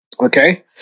Okay